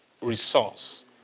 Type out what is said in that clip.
resource